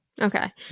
Okay